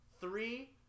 three